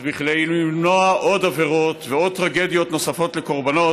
אז כדי למנוע עוד עבירות ועוד טרגדיות לקורבנות